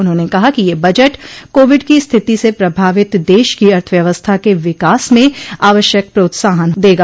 उन्होंने कहा कि यह बजट कोविड की स्थिति से प्रभावित देश की अर्थव्यवस्था के विकास में आवश्यक प्रोत्साहन देगा